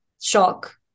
shock